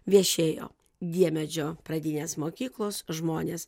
viešėjo diemedžio pradinės mokyklos žmonės